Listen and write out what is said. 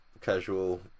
casual